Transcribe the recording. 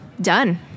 done